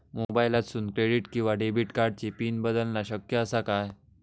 मोबाईलातसून क्रेडिट किवा डेबिट कार्डची पिन बदलना शक्य आसा काय?